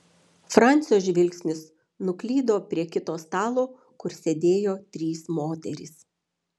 francio žvilgsnis nuklydo prie kito stalo kur sėdėjo trys moterys